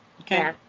Okay